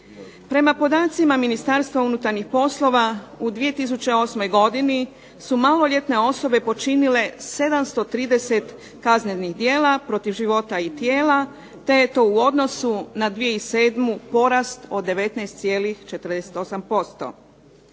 Prema podacima Ministarstva unutarnjih poslova u 2008. godini su maloljetne osobe počinile 730 kaznenih djela protiv života i tijela te je to u odnosu na 2007. porast od 19,48%.